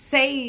Say